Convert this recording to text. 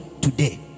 today